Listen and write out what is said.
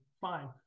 Fine